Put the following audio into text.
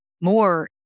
more